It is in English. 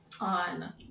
on